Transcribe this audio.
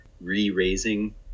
re-raising